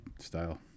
style